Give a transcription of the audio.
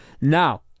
Now